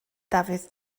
dafydd